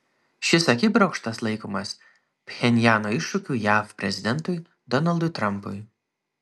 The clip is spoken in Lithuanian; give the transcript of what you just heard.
šis akibrokštas laikomas pchenjano iššūkiu jav prezidentui donaldui trampui